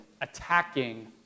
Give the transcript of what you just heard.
attacking